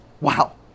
wow